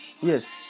Yes